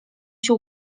się